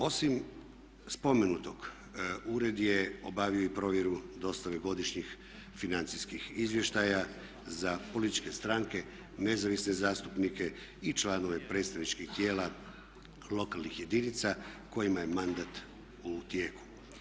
Osim spomenutog ured je obavio i provjeru dostave godišnjih financijskih izvještaja za političke stranke, nezavisne zastupnike i članove predstavničkih tijela lokalnih jedinica kojima je mandat u tijeku.